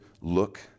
look